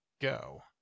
go